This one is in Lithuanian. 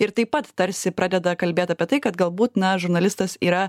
ir taip pat tarsi pradeda kalbėti apie tai kad galbūt na žurnalistas yra